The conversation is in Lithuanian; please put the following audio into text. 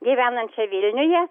gyvenančią vilniuje